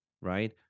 right